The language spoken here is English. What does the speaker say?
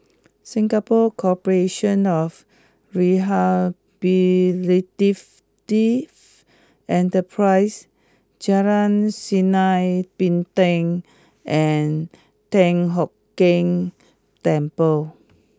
Singapore Corporation of Rehabilitative Enterprises Jalan Sinar Bintang and Tian Keng Temple